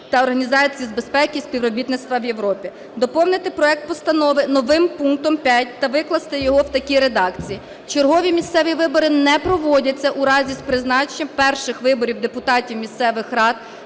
та Організації з безпеки і співробітництва в Європі". Доповнити проект постанови новим пунктом 5 та викласти його в такій редакції: "Чергові місцеві вибори не проводяться у разі з призначенням перших виборів депутатів місцевих рад